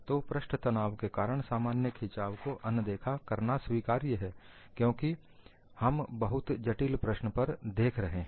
तो पृष्ठ तनाव के कारण सामान्य खिंचाव को अनदेखा करना स्वीकार्य है क्योंकि हम बहुत जटिल प्रश्न पर देख रहे हैं